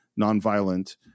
nonviolent